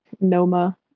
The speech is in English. noma